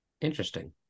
Interesting